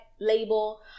label